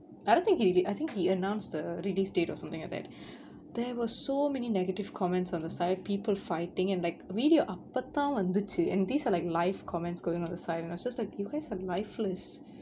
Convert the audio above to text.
I don't think he'd I think he announced the release date or something like that there were so many negative comments on the site people fighting and like really அப்பத்தான் வந்துச்சு:appatthaan vanthuchu and these are like live comments going on the site and I was just like you guys are lifeless